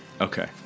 Okay